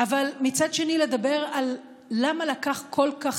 אבל מצד שני לדבר על למה לקח כל כך